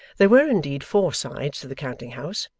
there were indeed four sides to the counting-house,